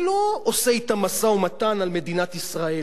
אני לא עושה אתם משא-ומתן על מדינת ישראל.